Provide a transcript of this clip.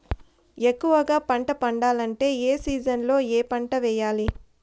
ఎక్కువగా పంట పండాలంటే ఏ సీజన్లలో ఏ పంట వేయాలి